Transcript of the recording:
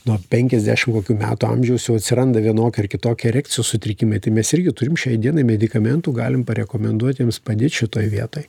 nuo penkiasdešim kokių metų amžiaus jau atsiranda vienoki ar kitoki erekcijos sutrikimai tai mes irgi turim šiai dienai medikamentų galim parekomenduot jums padėt šitoj vietoj